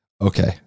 Okay